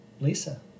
Lisa